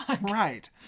Right